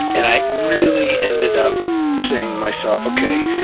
and i really ended up saying to myself, okay,